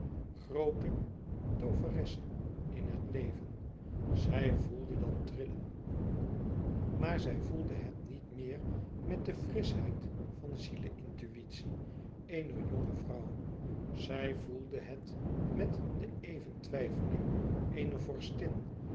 groote tooveresse in het leven zij voelde dat trillen maar zij voelde het niet meer met de frischheid van ziele intuïtie eener jonge vrouw zij voelde het met de éven twijfeling eener